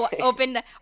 opened